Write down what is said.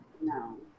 No